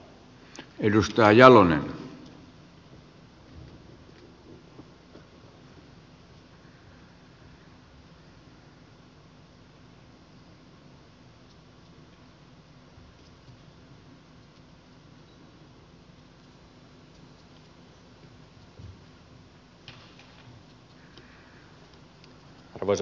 arvoisa puhemies